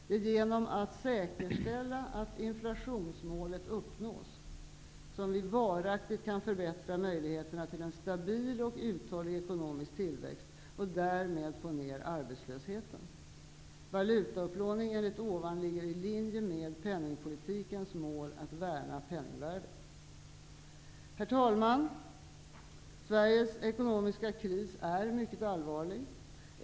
Det är genom att säkerställa att inflationsmålet uppnås som vi varaktigt kan förbättra möjligheterna till en stabil och uthållig ekonomisk tillväxt och därmed också få ner arbetslösheten. Valutaupplåning enligt ovan ligger i linje med penningpolitikens mål att värna om penningvärdet. Herr talman! Sveriges ekonomiska kris är mycket allvarlig.